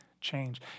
change